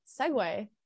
segue